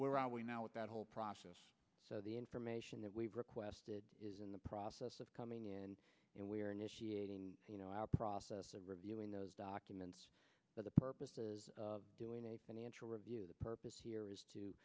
where are we now with that whole process so the information that we've requested is in the process of coming in and we're initiating you know our process of reviewing those documents for the purposes of doing a financial review the purpose here is to